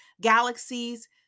galaxies